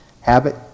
Habit